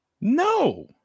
No